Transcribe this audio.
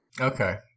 Okay